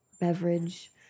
beverage